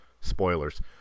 spoilers –